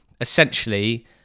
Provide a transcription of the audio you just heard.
essentially